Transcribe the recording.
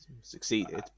Succeeded